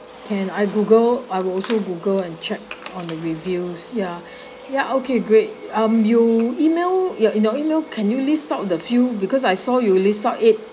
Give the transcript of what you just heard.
can I google I will also google and check on the reviews ya ya okay great um you email ya in your email can you list out a few because I saw you list out eight